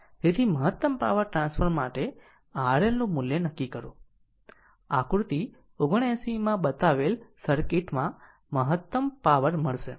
તેથી મહત્તમ power transfer માટે RL નું મૂલ્ય નક્કી કરો આકૃતિ 79 માં બતાવેલ સર્કિટ માં પણ મહત્તમ પાવર મળશે